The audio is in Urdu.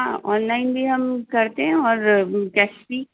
ہاں آن لائن بھی ہم کرتے ہیں اور کیش بھی